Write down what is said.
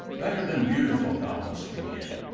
better than beautiful thou must begin,